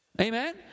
Amen